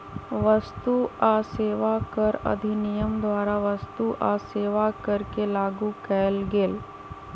वस्तु आ सेवा कर अधिनियम द्वारा वस्तु आ सेवा कर के लागू कएल गेल